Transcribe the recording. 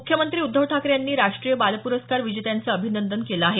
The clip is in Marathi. मुख्यमंत्री उद्धव ठाकरे यांनी राष्ट्रीय बाल पुरस्कार विजेत्यांचं अभिनंदन केलं आहे